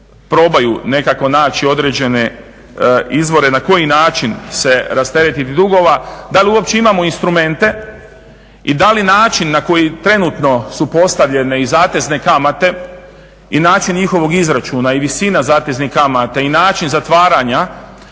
probaju nekako naći određene izvore na koji način se rasteretiti dugova. Da li uopće imamo instrumente i da li način na koji trenutno su postavljene i zatezne kamate i način njihovog izračuna i visina zateznih kamata i način zatvaranja